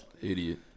Idiot